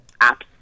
apps